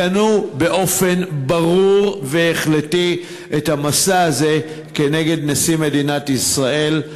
גנו באופן ברור והחלטי את המסע הזה כנגד נשיא מדינת ישראל.